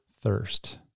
thirst